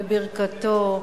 בברכתו,